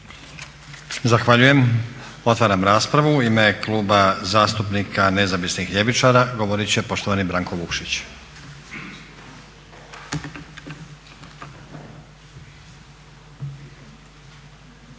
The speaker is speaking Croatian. Zahvaljujem. Otvaram raspravu. U ime Kluba zastupnika Nezavisnih ljevičara govorit će poštovani Branko Vukšić.